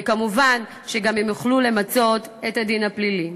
ומובן שהם גם יוכלו למצות את הדין הפלילי.